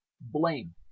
blame